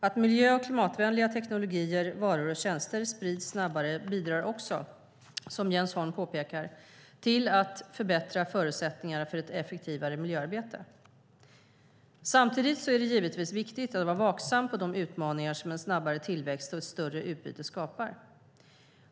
Att miljö och klimatvänliga teknologier, varor och tjänster sprids snabbare bidrar också, som Jens Holm påpekar, till att förbättra förutsättningarna för ett effektivare miljöarbete. Samtidigt är det givetvis viktigt att vara vaksam på de utmaningar som en snabbare tillväxt och ett större utbyte skapar.